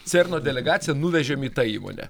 cerno delegaciją nuvežėm į tą įmonę